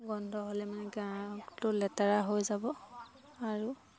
গোন্ধ হ'লে মানে গড়ালটো লেতেৰা হৈ যাব আৰু